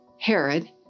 Herod